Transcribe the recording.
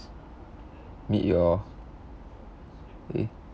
meet your eh